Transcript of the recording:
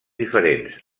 diferents